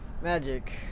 Magic